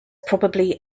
probably